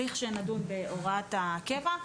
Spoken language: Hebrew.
לכשנדון בהוראת הקבע,